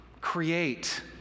Create